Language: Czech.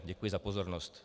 Děkuji za pozornost.